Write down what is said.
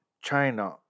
China